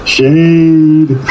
Shade